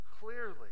clearly